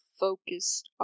focused